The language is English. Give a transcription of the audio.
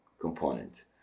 component